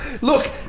Look